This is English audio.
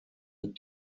had